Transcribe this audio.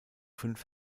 fünf